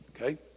Okay